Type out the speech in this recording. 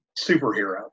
superhero